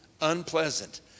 unpleasant